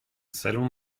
salon